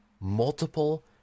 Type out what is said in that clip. Multiple